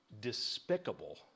despicable